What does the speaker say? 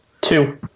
Two